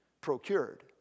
procured